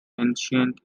ancient